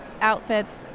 outfits